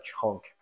chunk